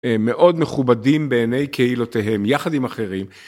מאוד מכובדים בעיני קהילותיהם, יחד עם אחרים.